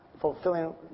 fulfilling